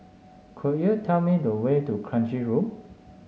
could you tell me the way to Kranji Loop